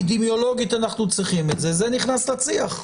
אפידמיולוגית אנחנו צריכים את זה, זה נכנס לצי"ח.